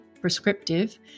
prescriptive